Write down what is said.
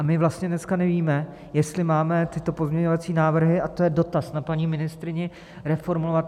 My vlastně dneska nevíme, jestli máme tyto pozměňovací návrhy, a to je dotaz na paní ministryni, reformulovat.